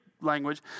language